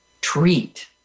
treat